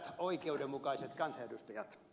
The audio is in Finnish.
hyvät oikeudenmukaiset kansanedustajat